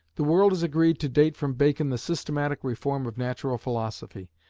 the world has agreed to date from bacon the systematic reform of natural philosophy,